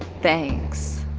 thanks.